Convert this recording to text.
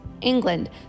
England